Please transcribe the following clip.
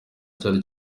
cyari